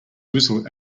whistle